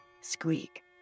squeak